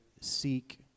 seek